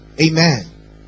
Amen